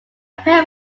pair